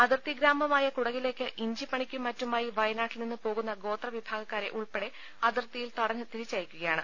അതിർത്തി ഗ്രാമമായ കുടകിലേക്ക് ഇഞ്ചിപ്പണിക്കും മറ്റു മായി വയനാട്ടിൽനിന്ന് പോകുന്ന ഗ്രോത്രവിഭാഗക്കാരെ ഉൾപ്പെടെ അതിർത്തിയിൽ തടഞ്ഞ് തിരിച്ചയക്കുകയാണ്